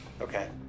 Okay